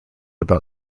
about